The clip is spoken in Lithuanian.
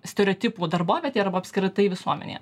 stereotipų darbovietėj arba apskritai visuomenėje